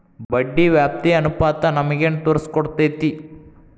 ಬಡ್ಡಿ ವ್ಯಾಪ್ತಿ ಅನುಪಾತ ನಮಗೇನ್ ತೊರಸ್ಕೊಡ್ತೇತಿ?